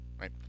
Right